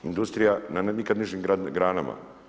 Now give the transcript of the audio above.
Industrija na nikad nižim granama.